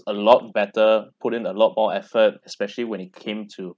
a lot better put in a lot more effort especially when it came to